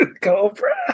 Cobra